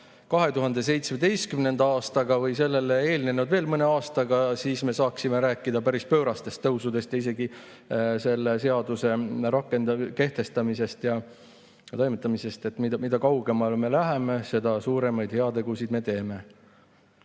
2017. aastaga või sellele eelnenud veel mõne aastaga, siis me saaksime rääkida päris pöörastest tõusudest ja isegi selle seaduse kehtestamisest ja toimimisest. Mida kaugemale [ajas tagasi] me läheme, seda suuremaid heategusid me teeme. Hea